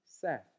Seth